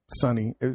Sunny